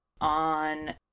on